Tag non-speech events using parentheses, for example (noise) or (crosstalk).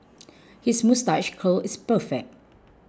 (noise) his moustache curl is perfect